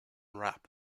wrap